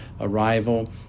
arrival